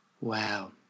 Wow